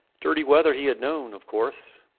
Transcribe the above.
dirty weather he had known, of course.